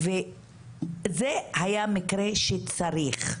וזה היה מקרה שצריך.